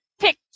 pick